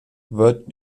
wird